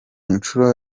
nshuro